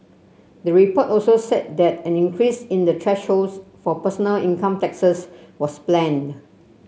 the report also said that an increase in the thresholds for personal income taxes was planned